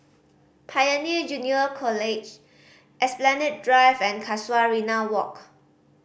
Pioneer Junior College Esplanade Drive and Casuarina Walk